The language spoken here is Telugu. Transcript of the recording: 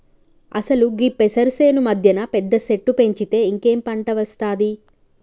అసలు గీ పెసరు సేను మధ్యన పెద్ద సెట్టు పెంచితే ఇంకేం పంట ఒస్తాది